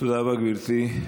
תודה רבה, גברתי.